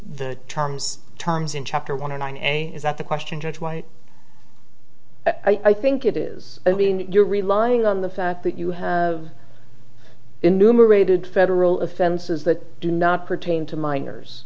the terms terms in chapter one and on a is that the question judge white i think it is i mean you're relying on the fact that you have in numerated federal offenses that do not pertain to minors